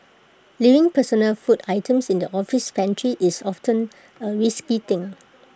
leaving personal food items in the office pantry is often A risky thing